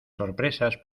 sorpresas